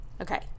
Okay